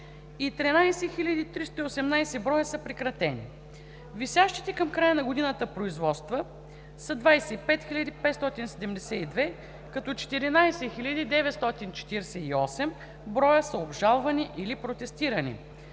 и 13 318 броя са прекратени. Висящите към края на годината производства са 25 572, като 14 948 броя са обжалвани или протестирани.